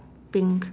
pink